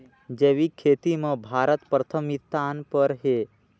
जैविक खेती म भारत प्रथम स्थान पर हे